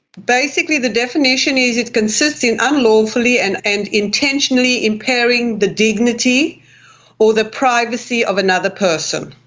basically the definition is it consists in unlawfully and and intentionally impairing the dignity or the privacy of another person.